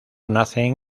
nacen